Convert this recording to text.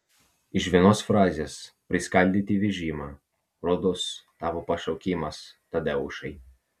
iš vienos frazės priskaldyti vežimą rodos tavo pašaukimas tadeušai